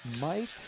Mike